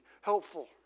helpful